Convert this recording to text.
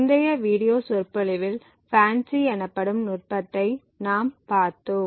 முந்தைய வீடியோ சொற்பொழிவில் ஃபான்சி எனப்படும் நுட்பத்தை நாம் பார்த்தோம்